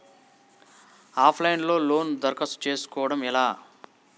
Of line లో loan దరఖాస్తు చేసుకోవడం ఎలా?